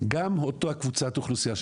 גם אותה קבוצת אוכלוסייה,